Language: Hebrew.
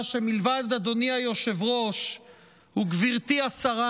שמלבד אדוני היושב-ראש וגברתי השרה,